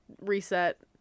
reset